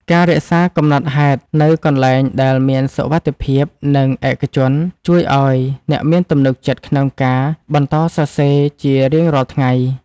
ការរក្សាកំណត់ហេតុនៅកន្លែងដែលមានសុវត្ថិភាព និងឯកជន ជួយឱ្យអ្នកមានទំនុកចិត្តក្នុងការបន្តសរសេរជារៀងរាល់ថ្ងៃ។